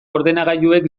ordenagailuek